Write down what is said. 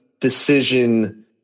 decision